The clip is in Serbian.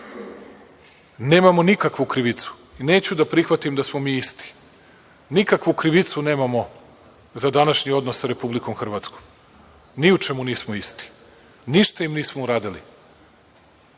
nikakvu krivicu, neću da prihvatim da smo mi isti. Nikakvu krivicu nemamo za današnji odnos sa Republikom Hrvatskom, ni u čemu nismo isti. Ništa im nismo uradili.